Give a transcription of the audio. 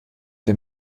der